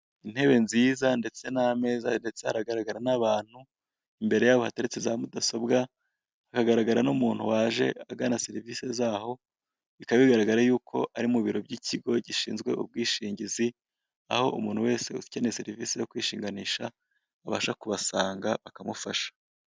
Intebe nziza ndetse n'ameza ndetse haragaragara n'abantu, imbere yabo hateretse za mudasobwa, hagaragara n'umuntu waje agana serivisi zaho, bikaba bigaragara yuko ari mu biro by'ikigo gishinzwe ubwishingizi, aho umuntu wese uza ukeneye serivisi zo kwishinganisha abasha kubasanga bakamufasha.